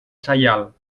saial